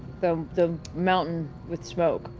the the mountain with smoke?